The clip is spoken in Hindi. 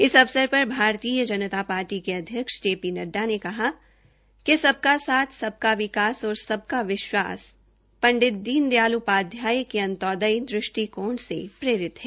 इस अवसर पर भारतीय जनता पार्टी के अध्यक्ष जे पी नड्डा ने कहा कि सबका साथ सबका विकास और सबका विश्वास पंडित दीन दयाल उपाध्याय के अंत्योदय दृष्टिकोण से प्रेरित है